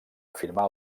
afirmar